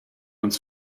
uns